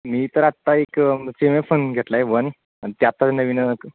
मी तर आत्ता एक सी एम एफ फोन घेतला आहे वन आणि ते आत्ताच नवीनच तो